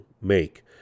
make